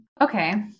Okay